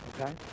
okay